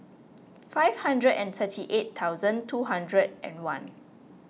five hundred and thirty eight thousand two hundred and one